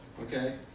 Okay